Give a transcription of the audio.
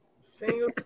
Single